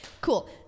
cool